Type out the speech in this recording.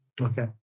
Okay